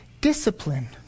discipline